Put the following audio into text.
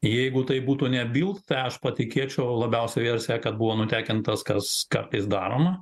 jeigu tai būtų ne bilt tai aš patikėčiau labiausiai versija kad buvo nutekintas kas kartais daroma